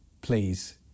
please